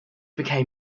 become